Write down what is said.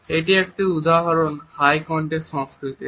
এটি একটি উদাহরণ হাই কন্টেক্সট সংস্কৃতির